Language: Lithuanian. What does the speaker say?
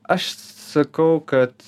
aš sakau kad